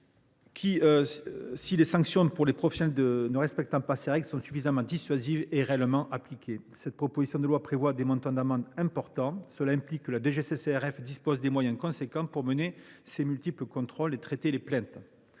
que si les sanctions prévues pour les professionnels ne respectant pas ces règles sont suffisamment dissuasives et réellement appliquées. Cette proposition de loi prévoit des montants d’amende élevés ; cela implique que la DGCCRF dispose de moyens significatifs pour mener de multiples contrôles et traiter les plaintes.